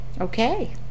Okay